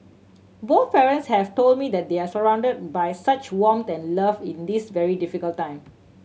both parents have told me that they are surround by such warmth and love in this very difficult time